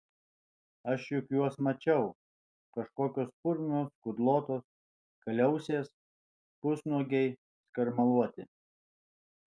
aš juk juos mačiau kažkokios purvinos kudlotos kaliausės pusnuogiai skarmaluoti